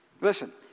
Listen